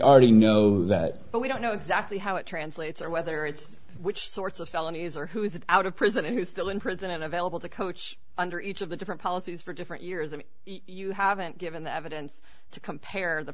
already know that but we don't know exactly how it translates or whether it's which sorts of felonies or who is out of prison and who's still in prison available to coach under each of the different policies for different years and you haven't given the evidence to compare the